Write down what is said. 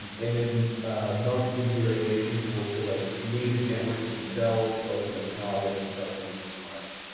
and then not only new regulations, but also like native networks themselves started like not liking supplements as much.